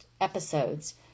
Episodes